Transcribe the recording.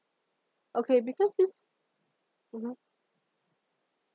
okay because this mmhmm